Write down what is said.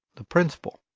the principal.